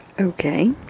okay